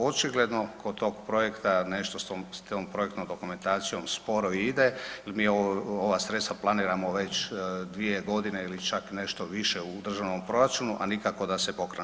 Očigledno kod tog projekta nešto s tom projektnom dokumentacijom sporo ide jel mi ova sredstva planiramo već dvije godine ili čak nešto više u državnom proračunu, a nikako da se pokrene.